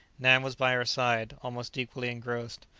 nan was by her side, almost equally engrossed.